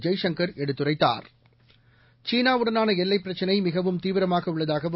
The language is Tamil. ஜெய்சங்கர் எடுத்துரைத்தார் சீனாவுடனாள எல்லைப் பிரச்சினை மிகவும் தீவிரமாக உள்ளதாகவும்